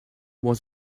was